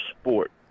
sport